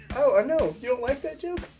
oh, i know. you don't like that joke.